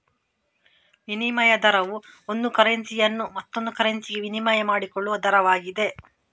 ವಿನಿಮಯ ದರವು ಒಂದು ಕರೆನ್ಸಿಯನ್ನು ಮತ್ತೊಂದು ಕರೆನ್ಸಿಗೆ ವಿನಿಮಯ ಮಾಡಿಕೊಳ್ಳುವ ದರವಾಗಿದೆ